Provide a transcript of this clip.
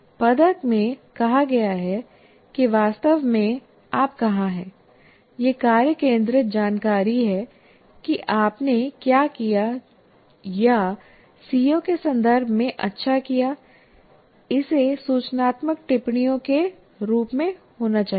पदक में कहा गया है कि वास्तव में आप कहां हैं यह कार्य केंद्रित जानकारी है कि आपने क्या किया या सीओ के संदर्भ में अच्छा किया इसे सूचनात्मक टिप्पणियों के रूप में होना चाहिए